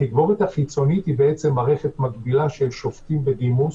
התגבורת החיצונית היא בעצם מערכת מקבילה של שופטים בדימוס